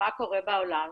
מה קורה בעולם,